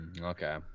okay